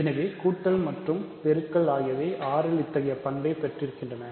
எனவே கூட்டல் மற்றும் பெருக்கல் ஆகியவை R ல் இத்தகைய பண்பை பெற்றிருக்கின்றன